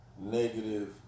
negative